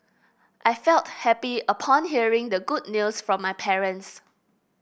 I felt happy upon hearing the good news from my parents